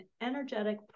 energetic